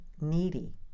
needy